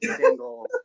single